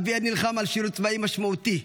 אביאל נלחם על שירות צבאי משמעותי,